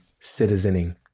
citizening